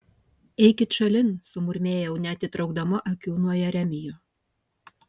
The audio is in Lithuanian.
eikit šalin sumurmėjau neatitraukdama akių nuo jeremijo